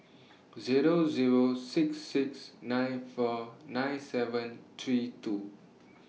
Zero Zero six six nine four nine seven three two